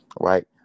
right